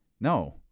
No